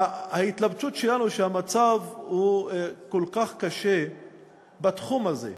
ההתלבטות שלנו היא שהמצב כל כך קשה בתחום הזה,